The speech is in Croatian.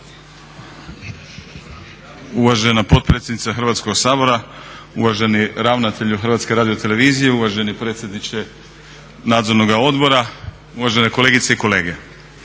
Uvažena potpredsjednice Hrvatskog sabora, uvaženi ravnatelju HRT-a, uvaženi predsjedniče Nadzornoga odbora, uvažene kolegice i kolege.